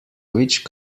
which